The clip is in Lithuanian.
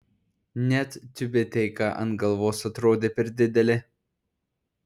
net tiubeteika ant galvos atrodė per didelė